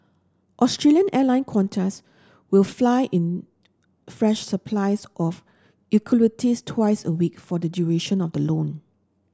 Australian Airline Qantas will fly in fresh supplies of eucalyptus twice a week for the duration of the loan